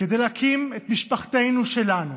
כדי להקים את משפחתנו שלנו.